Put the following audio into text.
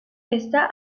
está